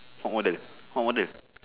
what model what model